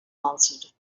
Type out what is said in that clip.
answered